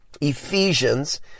Ephesians